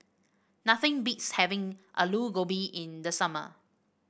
nothing beats having Aloo Gobi in the summer